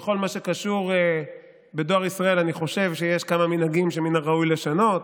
בכל מה שקשור בדואר ישראל אני חושב שיש כמה מנהגים שמן הראוי לשנות,